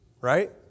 right